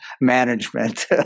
management